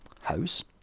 House